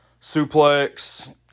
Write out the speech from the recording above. suplex